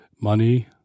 money